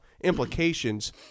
implications